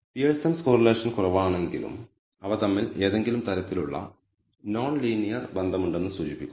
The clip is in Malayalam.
പിയേഴ്സൻ കോറിലേഷൻ കുറവാണെങ്കിലും അവ തമ്മിൽ ഏതെങ്കിലും തരത്തിലുള്ള നോൺ ലീനിയർ ബന്ധമുണ്ടെന്ന് സൂചിപ്പിക്കുന്നു